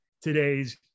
today's